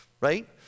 Right